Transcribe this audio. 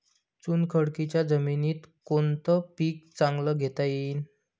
चुनखडीच्या जमीनीत कोनतं पीक चांगलं घेता येईन?